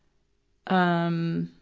um,